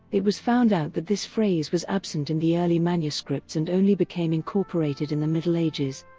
it was found out that this phrase was absent in the early manuscripts and only became incorporated in the middle ages.